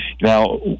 Now